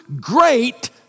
great